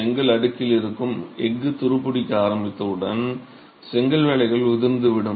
செங்கல் அடுக்கில் இருக்கும் எஃகு துருப்பிடிக்க ஆரம்பித்தவுடன் செங்கல் வேலைகள் உதிர்ந்து விடும்